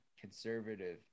conservative